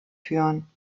führen